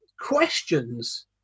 questions